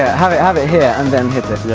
have it have it here and then hit